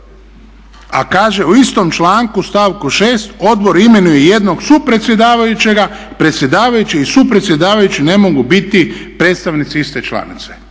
a kaže u istom članku stavku 6. odbor imenuje jednog supredsjedavajućega, predsjedavajući i supredsjedavajući ne mogu biti predstavnici iste članice.